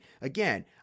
Again